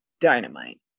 dynamite